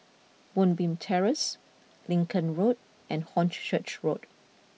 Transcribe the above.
Moonbeam Terrace Lincoln Road and Horn Church Road